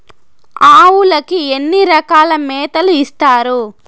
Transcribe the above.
ఆవులకి ఎన్ని రకాల మేతలు ఇస్తారు?